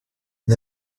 est